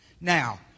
Now